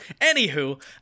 Anywho